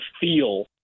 feel